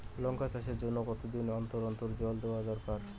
লঙ্কা চাষের জন্যে কতদিন অন্তর অন্তর জল দেওয়া দরকার?